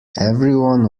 everyone